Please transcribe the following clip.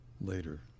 later